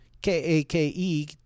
K-A-K-E